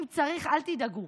אם צריך, אל תדאגו,